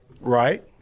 Right